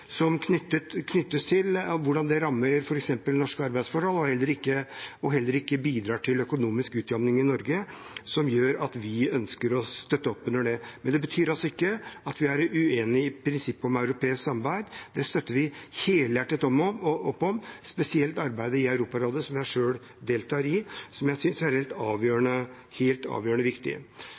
knyttet til hvordan det rammer norske arbeidsforhold, og heller ikke bidrar til økonomisk utjevning i Norge, som gjør at vi ikke ønsker å støtte opp under det. Men det betyr ikke at vi er uenig i prinsippet om europeisk samarbeid. Det støtter vi helhjertet opp om, spesielt arbeidet i Europarådet, som jeg selv deltar i, og som jeg synes er helt avgjørende